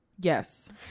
Yes